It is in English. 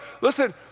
Listen